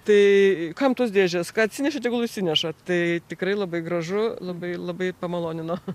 tai kam tos dėžės ką atsinešė tegul išsineša tai tikrai labai gražu labai labai pamalonino